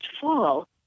fall